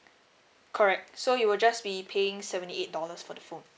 correct so you will just be paying seventy eight dollars for the phone